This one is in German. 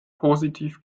positiv